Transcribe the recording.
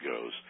goes